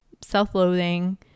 self-loathing